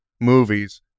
movies